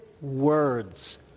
words